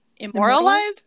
Immoralized